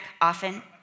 often